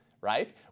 right